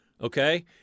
Okay